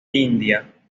india